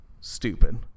Stupid